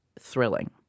thrilling